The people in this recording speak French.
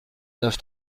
neuf